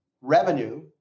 revenue